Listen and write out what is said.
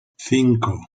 cinco